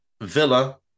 Villa